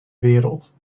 wereld